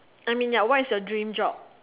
I mean ya what is your dream job